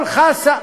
כל חסה,